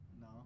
No